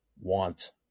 want